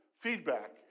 feedback